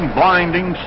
blinding